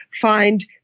find